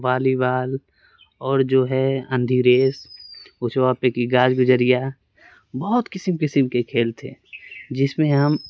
والی بال اور جو ہے اندھی ریس اشوا پہ کی گاج گجریا بہت قسم قسم کے کھیل تھے جس میں ہم